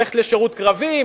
ללכת לשירות קרבי,